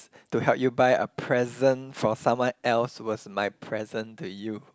to help you buy a present for someone else was my present to you